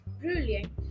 brilliant